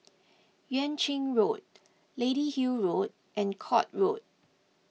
Yuan Ching Road Lady Hill Road and Court Road